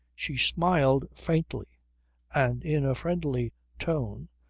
she smiled faintly and in a friendly tone,